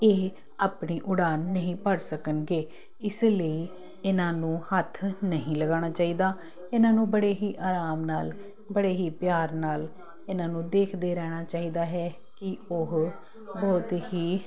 ਇਹ ਆਪਣੀ ਉਡਾਨ ਨਹੀਂ ਭਰ ਸਕਣਗੇ ਇਸ ਲਈ ਇਹਨਾਂ ਨੂੰ ਹੱਥ ਨਹੀਂ ਲਗਾਣਾ ਚਾਹੀਦਾ ਇਹਨਾਂ ਨੂੰ ਬੜੇ ਹੀ ਆਰਾਮ ਨਾਲ ਬੜੇ ਹੀ ਪਿਆਰ ਨਾਲ ਇਹਨਾਂ ਨੂੰ ਦੇਖਦੇ ਰਹਿਣਾ ਚਾਹੀਦਾ ਹੈ ਕਿ ਉਹ ਬਹੁਤ ਹੀ